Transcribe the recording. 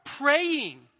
praying